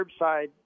curbside